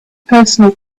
personal